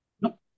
No